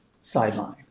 sideline